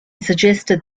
suggested